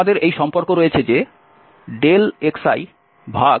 আমাদের এই সম্পর্ক রয়েছে যে xili